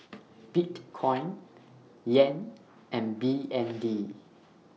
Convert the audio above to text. Bitcoin Yen and B N D